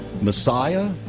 Messiah